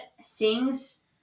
sings